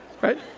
Right